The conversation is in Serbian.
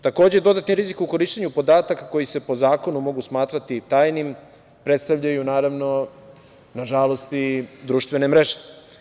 Takođe, dodatni rizik u korišćenju podataka koji se po zakonu mogu smatrati tajnim predstavljaju, naravno, nažalost i društvene mreže.